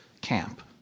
camp